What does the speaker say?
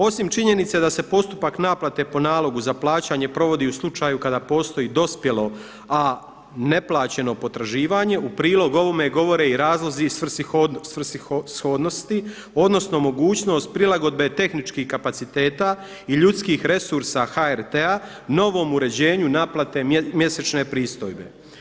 Osim činjenice da se postupak naplate po nalogu za plaćanje provodi u slučaju kada postoji dospjelo, a ne plaćeno potraživanje u prilog ovome govore i razlozi svrsishodnosti odnosno mogućnost prilagodbe tehničkih kapaciteta i ljudskih resursa HRT-a novom uređenju naplate mjesečne pristojbe.